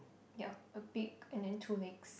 ya a bit and then two legs